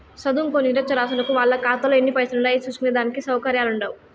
సదుంకోని నిరచ్చరాసులకు వాళ్ళ కాతాలో ఎన్ని పైసలుండాయో సూస్కునే దానికి సవుకర్యాలుండవ్